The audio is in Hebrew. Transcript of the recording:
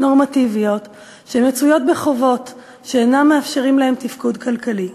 נורמטיביות שמצויות בחובות שאינם מאפשרים להן תפקוד כלכלי,